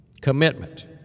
commitment